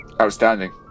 Outstanding